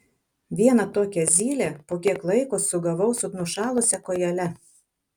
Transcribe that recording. vieną tokią zylę po kiek laiko sugavau su nušalusia kojele